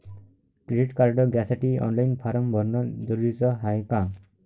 Credit card घ्यासाठी online form भरन जरुरीच हाय का?